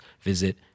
visit